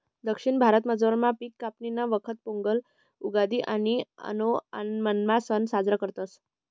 दक्षिण भारतामझार पिक कापणीना वखत पोंगल, उगादि आणि आओणमना सण साजरा करतस